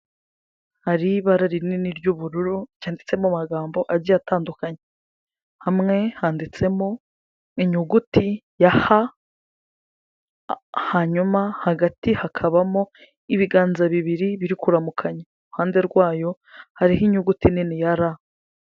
Hari ibara rinini ry'ubururu ryanditsemo amagambo agiye atandukanye, hamwe handitsemo inyuguti ya ha hanyuma hagati hakabamo ibiganza bibiri biri kuramukanya, iruhande rwayo hariho inyuguti nini ya ra.